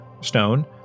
stone